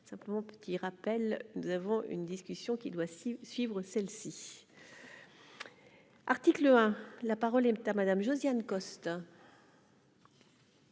simplement petit rappel : nous avons une discussion qui doit s'y suivre celle-ci. Article 1, la parole est à Madame Josiane Costes.